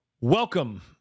Welcome